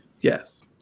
Yes